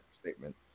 statement